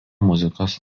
muzikos